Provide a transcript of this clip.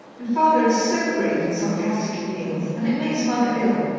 and father is so grave and sarcastic at meals, and it makes mother ill.